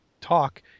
talk